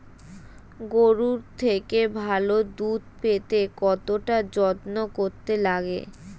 গরুর থেকে ভালো দুধ পেতে কতটা যত্ন করতে লাগে